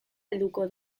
helduko